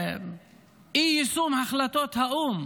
אי-יישום החלטות האו"ם